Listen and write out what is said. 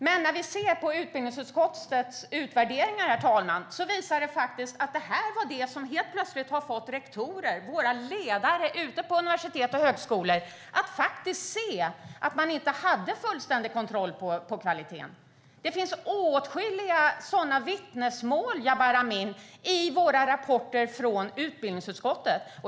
Men utbildningsutskottets utvärderingar, herr talman, visar att det var det som fick rektorer, våra ledare ute på universitet och högskolor, att helt plötsligt se att de inte hade fullständig kontroll på kvaliteten. Det finns åtskilliga sådana vittnesmål, Jabar Amin, i våra rapporter från utbildningsutskottet.